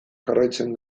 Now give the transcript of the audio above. jarraitzen